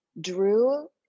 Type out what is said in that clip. Drew